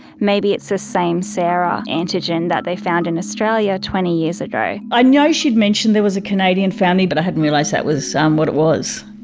maybe it's this same sarah antigen that they found in australia twenty years ago. i ah know she'd mentioned there was a canadian family but i hadn't realised that was um what it was.